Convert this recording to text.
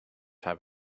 have